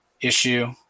Issue